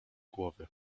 głowy